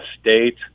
State